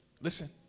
listen